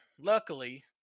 luckily